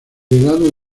helado